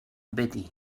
beti